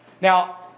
Now